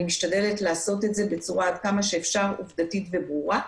אני משתדלת לעשות את זה בצורה עד כמה שאפשר עובדתית וברורה,